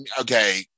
okay